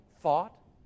thought